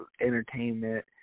entertainment